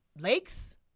lakes